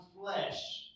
flesh